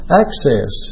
access